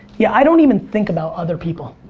yeah, i don't even think about other people.